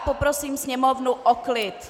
Poprosím sněmovnu o klid.